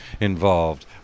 involved